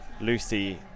lucy